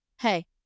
Hey